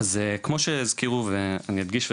אז כמו שהזכירו ואמרו פה